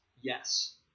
yes